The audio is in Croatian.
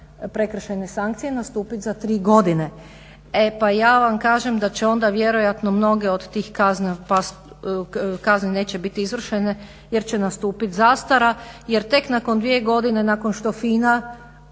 prekršajne sankcije nastupiti za tri godine. e pa ja vam kažem da će onda vjerojatno mnoge od tih kazni neće biti izvršene jer će nastupiti zastara jer tek nakon dvije godine nakon što